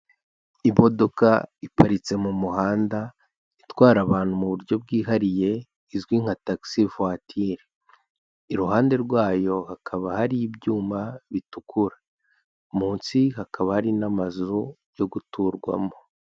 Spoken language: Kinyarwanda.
Imodoka iparitse mu muhanda, itwara abantu mu buryo bwihariye izwi nka tagisi vuwatire, iruhande rwayo hakaba hari ibyuma bitukura, munsi hakaba hari n'amazu yo guturwamo.